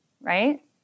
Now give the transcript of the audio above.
right